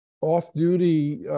off-duty